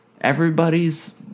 everybody's